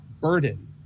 burden